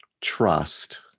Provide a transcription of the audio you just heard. trust